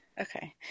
okay